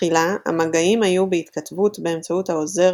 בתחילה המגעים היו בהתכתבות באמצעות העוזר